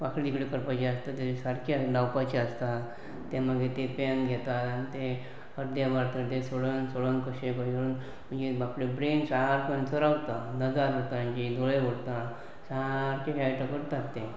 वांकडी तिकडी करपाची आसता तेजें सारकें लावपाचें आसता तें मागीर तें पेन घेतात आनी तें अर्दे वाचत ते सोडोन सोडोन कशें करून म्हणजे आपले ब्रेन सारको तांचो रावता नजर उरता तेंचीं दोळे उरता सारकें हेल्त करतात तें